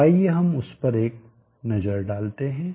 तो आइए हम उस पर एक नजर डालते हैं